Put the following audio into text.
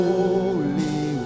Holy